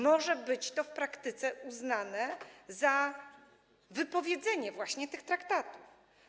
Może być to w praktyce uznane za wypowiedzenie właśnie tych traktatów.